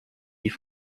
die